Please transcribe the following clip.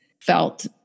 felt